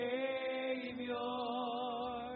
Savior